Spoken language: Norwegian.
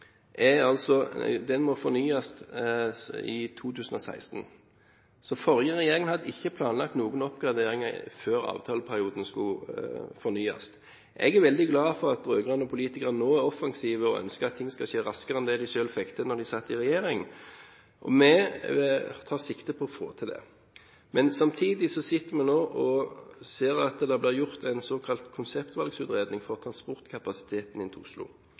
2016, så den forrige regjeringen hadde ikke planlagt noen oppgraderinger før avtaleperioden skulle fornyes. Jeg er veldig glad for at rød-grønne politikere nå er offensive og ønsker at ting skal skje raskere enn de selv fikk til da de satt i regjering, og vi tar sikte på å få til det. Men samtidig ser vi nå at det blir gjort en såkalt konseptvalgutredning for transportkapasiteten inn til Oslo.